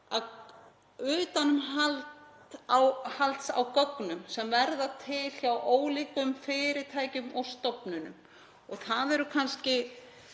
utanumhalds á gögnum sem verða til hjá ólíkum fyrirtækjum og stofnunum og það eru kannski